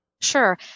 Sure